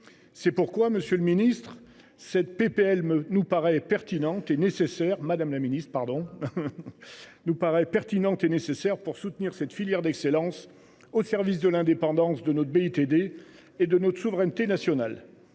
C’est pourquoi, madame la ministre, cette proposition de loi nous paraît pertinente et nécessaire pour soutenir cette filière d’excellence au service de l’indépendance de notre BITD et de notre souveraineté nationale.